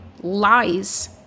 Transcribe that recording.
lies